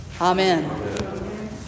Amen